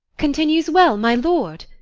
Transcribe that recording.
continues well my lord?